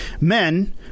Men